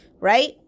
right